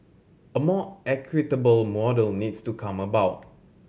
a more equitable model needs to come about